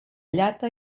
llata